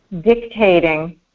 dictating